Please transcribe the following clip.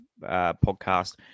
podcast